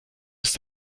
ist